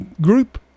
group